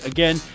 Again